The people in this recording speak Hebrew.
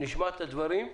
נשמע את הדברים,